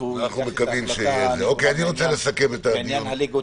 היה גם חשוב שהפרופ' גרוטו ישמע את ההיזון החוזר